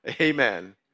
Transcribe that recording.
Amen